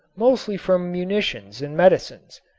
mostly from munitions and medicines,